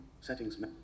Settings